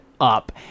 up